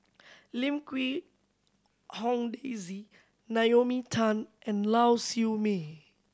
Lim Quee Hong Daisy Naomi Tan and Lau Siew Mei